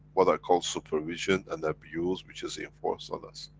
what i call, supervision, and abuse which is enforced on us.